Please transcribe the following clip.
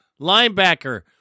linebacker